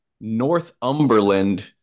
Northumberland